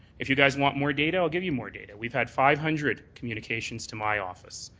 if you guys want more data, i'll give you more data. we've had five hundred communications to my office.